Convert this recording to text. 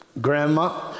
Grandma